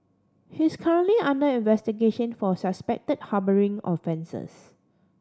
he is currently under investigation for suspected harbouring offences